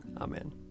Amen